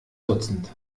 dutzend